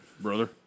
brother